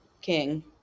King